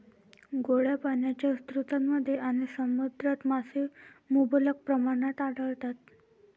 गोड्या पाण्याच्या स्रोतांमध्ये आणि समुद्रात मासे मुबलक प्रमाणात आढळतात